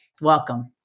Welcome